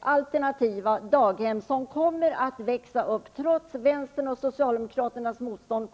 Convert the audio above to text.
alternativa daghem, som kommer att växa upp, trots vänsterns och socialdemokraternas motstånd.